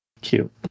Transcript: Cute